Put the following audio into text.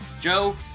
Joe